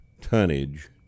tonnage